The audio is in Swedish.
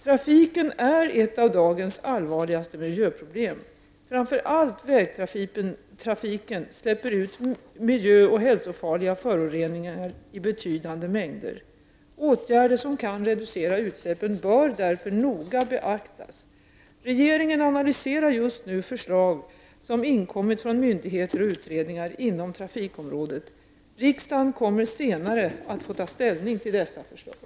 Trafiken är ett av dagens allvarligaste miljöproblem. Framför allt vägtrafiken släpper ut miljö och hälsofarliga föroreningar i betydande mängder. Åtgärder som kan reducera utsläppen bör därför noga beaktas. Regeringen analyserar just nu förslag som inkommit från myndigheter och utredningar inom trafikområdet. Riksdagen kommer senare att få ta ställning till dessa förslag.